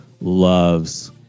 loves